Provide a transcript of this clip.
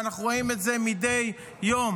ואנחנו רואים את זה מדי יום.